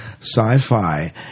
Sci-fi